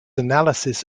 analysis